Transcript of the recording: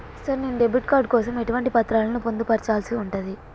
Sir నేను debit card కోసం ఎటువంటి పత్రాలను పొందుపర్చాల్సి ఉంటది?